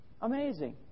Amazing